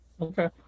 Okay